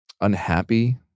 unhappy